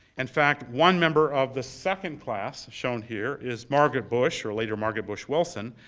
and fact, one member of the second class, shown here, is margaret bush or later margaret bush wilson.